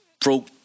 broke